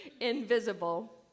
invisible